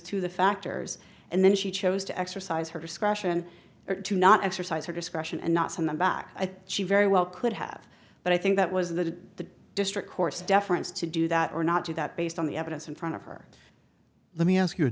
to the factors and then she chose to exercise her discretion or to not exercise her discretion and not send them back i think she very well could have but i think that was the district court's deference to do that or not do that based on the evidence in front of her let me ask you a